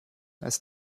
als